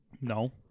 No